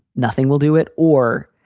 nothing will do it. or